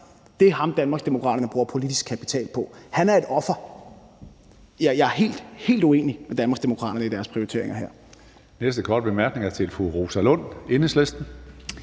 vælger Danmarksdemokraterne at bruge politisk kapital på Ahmed Samsam og sige, at han er et offer. Jeg er helt uenig med Danmarksdemokraterne i deres prioriteringer her.